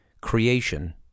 Creation